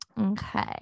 okay